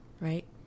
Right